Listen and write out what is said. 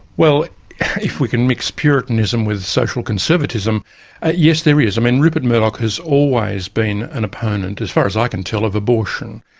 well if we can mix puritanism with social conservatism yes there is. i mean rupert murdoch has always been an opponent, as far as i can tell, of abortion.